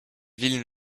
ville